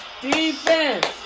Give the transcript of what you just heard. defense